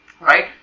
Right